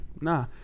Nah